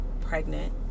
pregnant